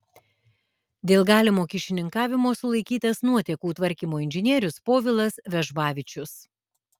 dėl galimo kyšininkavimo sulaikytas nuotėkų tvarkymo inžinierius povilas vežbavičius